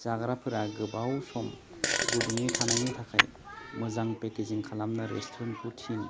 जाग्राफोरा गोबाव सम गुदुङै थानायनि थाखाय मोजां पेकेजिं खालामनो रेसटुरेन्टखौ थिन